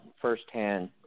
firsthand